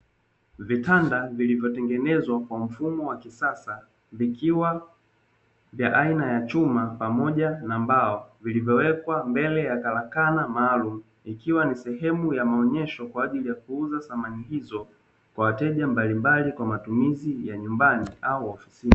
Vitanda vilivyotengenezwa kwa mfumo wa kisasa vikiwa vya aina chuma pamoja na mbao, vilivyowekwa mbele ya karakana maalum. Ikiwa sehemu ya maonyesho kwaajili ya kuuza samani hizo kwa wateja mbalimbali kwa matumizi ya nyumbani au ofisini.